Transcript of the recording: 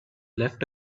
left